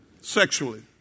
sexually